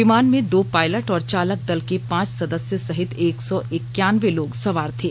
विमान में दो पायलट और चालक दल के पांच सदस्य सहित एक सौ इक्यानवे लोग सवार थे